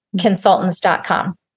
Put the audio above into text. consultants.com